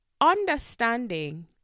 understanding